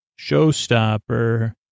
Showstopper